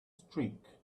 streak